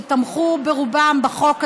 שתמכו ברובם בחוק הזה.